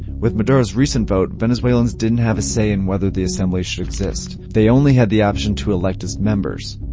with maduro's recent vote, venezuelans didn't have a say in whether the assembly should exist. they only had the option to elect its members.